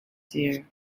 dear